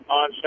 on